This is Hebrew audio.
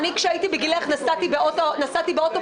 כשהייתי בגילך נסעתי באוטובוס,